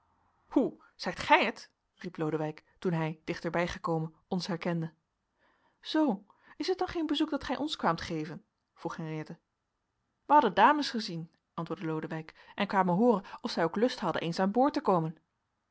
hoe zijt gij het riep lodewijk toen hij dichterbij gekomen ons herkende zoo het is dan geen bezoek dat gij ons kwaamt geven vroeg henriëtte wij hadden dames gezien antwoordde lodewijk en kwamen hooren of zij ook lust hadden eens aan boord te komen